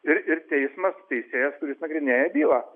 ir ir teismas teisėjas kuris nagrinėja bylą